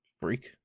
Freak